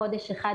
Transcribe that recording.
בחודש אחד,